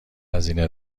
هزینه